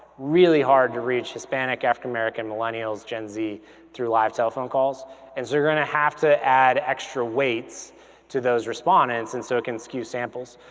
really hard to reach hispanic, african american millennials, gen-z through live telephone calls and so you're gonna have to add extra weights to those respondents and so it can skew samples.